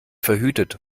verhütet